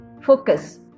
focus